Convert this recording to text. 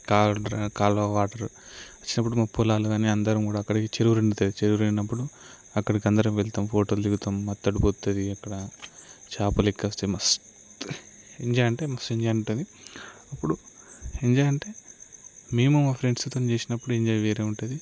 call కాలువ water వచ్చినపుడు మాకు పొలాలు కానీ అందరం కూడా అక్కడకి చెరువు నిండుతాయి చెరువు నిండినప్పుడు అక్కడికి అందరము వెళతాము ఫోటోలు దిగుతాము మత్తడి పోస్తుంది అక్కడ చేపలు ఎక్కి వస్తాయి మస్త్ ఎంజాయ్ అంటే మస్తు ఎంజాయ్ ఉంటుంది అప్పుడు ఎంజాయ్ అంటే మేము మా ఫ్రెండ్స్తో చేసినప్పుడు ఎంజాయ్ వేరే ఉంటుంది